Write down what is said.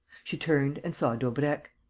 she turned and saw daubrecq.